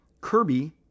Kirby